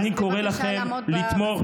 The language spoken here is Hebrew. אז בבקשה, לעמוד בזמנים.